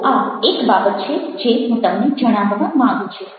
તો આ એક બાબત છે જે હું તમને જણાવવા માંગુ છું